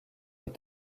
est